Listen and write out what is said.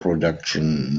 production